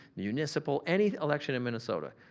municipal, any election in minnesota,